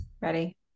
ready